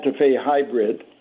hybrid